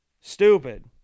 Stupid